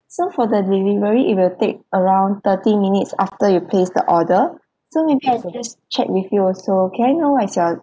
so for the delivery it will take around thirty minutes after you place the order so maybe I just check with you also can I know what is your